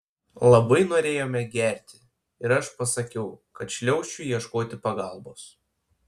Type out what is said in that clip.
labai norėjome gerti ir aš pasakiau kad šliaušiu ieškoti pagalbos